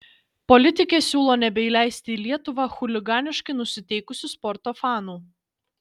politikė siūlo nebeįleisti į lietuvą chuliganiškai nusiteikusių sporto fanų